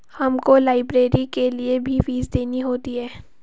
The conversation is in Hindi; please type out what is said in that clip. हमको लाइब्रेरी के लिए भी फीस देनी होती है